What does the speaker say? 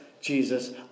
Jesus